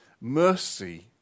mercy